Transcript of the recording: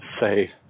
say